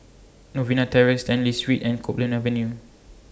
Novena Terrace Stanley Street and Copeland Avenue